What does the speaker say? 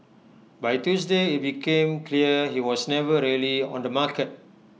by Tuesday IT became clear he was never really on the market